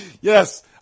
yes